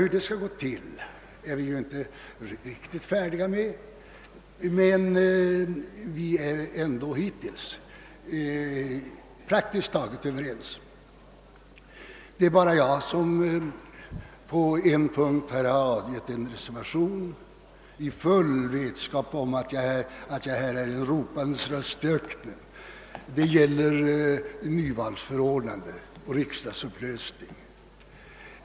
Hur det skall gå till är vi ännu inte riktigt på det klara med, men vi har ändå hittills praktiskt taget varit överens. Det är bara jag som på en punkt har avgivit en reservation, i full vetskap om att min stämma härvidlag blir en ropandes röst i öknen. Det gäller riksdagsupplösning och nyvalsförordnande.